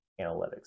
analytics